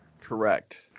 Correct